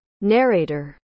Narrator